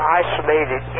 isolated